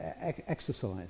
exercise